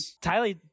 tyler